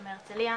אני מהרצליה.